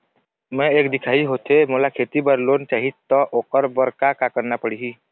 मैं एक दिखाही होथे मोला खेती बर लोन चाही त ओकर बर का का करना पड़ही?